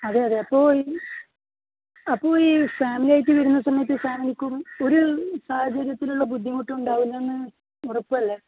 അതെയതെ അപ്പോൾ ഈ അപ്പോൾ ഈ ഫാമിലിയായിട്ട് വരുന്ന സമയത്ത് ഫാമിലിക്കും ഒരു സാഹചര്യത്തിലുള്ള ബുദ്ധിമുട്ടും ഉണ്ടാവില്ലെന്ന് ഉറപ്പല്ലേ